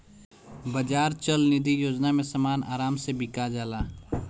बाजार चल निधी योजना में समान आराम से बिका जाला